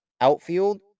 outfield